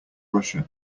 russia